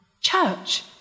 Church